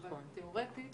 אבל תיאורטית